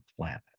planet